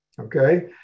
okay